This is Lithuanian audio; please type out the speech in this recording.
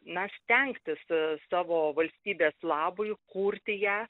na stengtis savo valstybės labui kurti ją